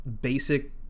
basic